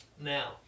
Now